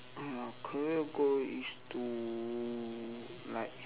uh career goal is to like